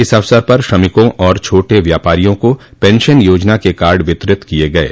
इस अवसर पर श्रमिकों और छोटे व्यापारियों को पेंशन योजना के कार्ड वितरित किये गये